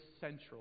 central